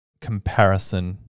comparison